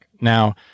Now